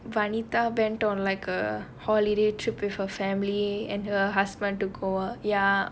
YouTube that vanita went on like a holiday trip with her family and her husband to go ah ya